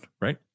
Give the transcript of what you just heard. right